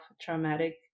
traumatic